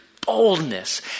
boldness